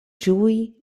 ĝui